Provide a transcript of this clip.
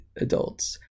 adults